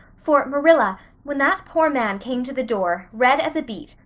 for marilla, when that poor man came to the door, red as a beet,